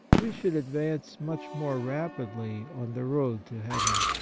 we should advance much more rapidly on the road to heaven.